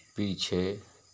पीछे